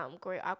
great